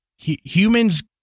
humans